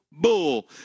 bull